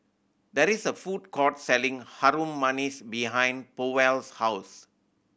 there is a food court selling Harum Manis behind Powell's house